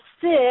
six